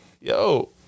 yo